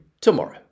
Tomorrow